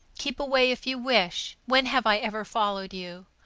keep away if you wish when have i ever followed you?